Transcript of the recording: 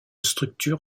structure